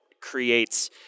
creates